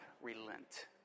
relent